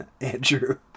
Andrew